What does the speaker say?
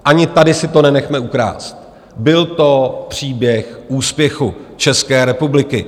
Ani tady si to nenechme ukrást, byl to příběh úspěchu České republiky.